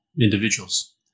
individuals